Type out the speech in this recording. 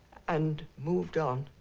and moved on.